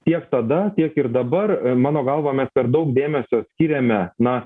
tiek tada tiek ir dabar mano galva mes per daug dėmesio skiriame na